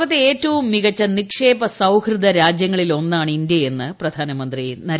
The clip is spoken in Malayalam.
ലോകത്തെ ഏറ്റവും മികച്ച നിക്ഷേപ സൌഹൃദ രാജ്യങ്ങളിൽ ഒന്നാണ് ഇന്ത്യയെന്ന് പ്രധാനമന്ത്രി നരേന്ദ്രമോദി